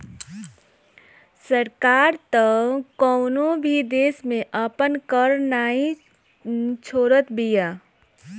सरकार तअ कवनो भी दशा में आपन कर नाइ छोड़त बिया